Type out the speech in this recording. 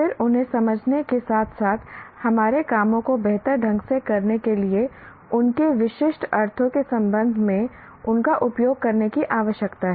फिर उन्हें समझने के साथ साथ हमारे कामों को बेहतर ढंग से करने के लिए उनके विशिष्ट अर्थों के संबंध में उनका उपयोग करने की आवश्यकता है